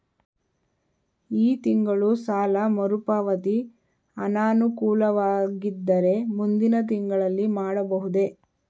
ಈ ತಿಂಗಳು ಸಾಲ ಮರುಪಾವತಿ ಅನಾನುಕೂಲವಾಗಿದ್ದರೆ ಮುಂದಿನ ತಿಂಗಳಲ್ಲಿ ಮಾಡಬಹುದೇ?